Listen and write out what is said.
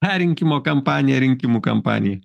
perrinkimo kampanija rinkimų kampanija